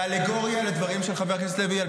באלגוריה לדברים של חבר כנסת לוי,